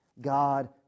God